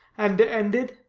and ended,